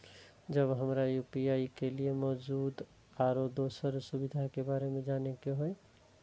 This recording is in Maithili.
जब हमरा यू.पी.आई के लिये मौजूद आरो दोसर सुविधा के बारे में जाने के होय?